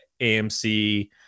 AMC